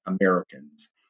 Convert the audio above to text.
Americans